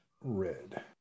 red